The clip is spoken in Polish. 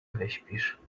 wyśpisz